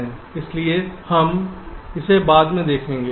इसलिए हम इसे बाद में देखेंगे